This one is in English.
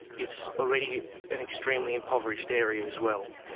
it's already an extremely impoverished area as well.